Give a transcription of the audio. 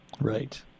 right